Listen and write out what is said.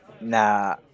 Nah